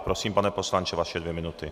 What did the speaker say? Prosím, pane poslanče, vaše dvě minuty.